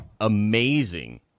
amazing